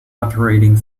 operating